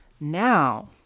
Now